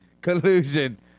Collusion